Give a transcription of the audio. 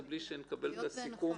נשאר קבוע.